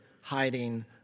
hiding